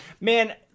Man